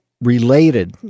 related